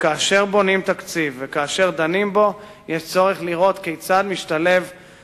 שכאשר בונים תקציב וכאשר דנים בו צריך לראות כיצד משתלבות